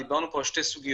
דיברנו פה על שתי סוגיות,